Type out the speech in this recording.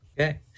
Okay